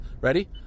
Ready